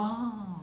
oh